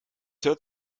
hört